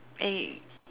eight